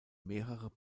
mehrere